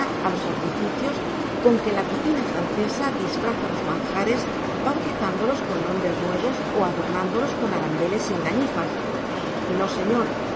a los artificios con que la cocina francesa disfraza los manjares bautizándolos con nombres nuevos o adornándolos con arambeles y engañifas no señor